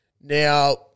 Now